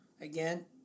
again